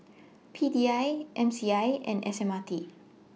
P D I M C I and S M R T